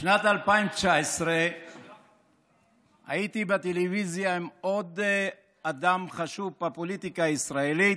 בשנת 2019 הייתי בטלוויזיה עם עוד אדם חשוב בפוליטיקה הישראלית,